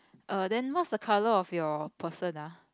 err then what's the colour of your person ah